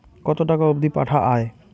কতো টাকা অবধি পাঠা য়ায়?